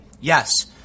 yes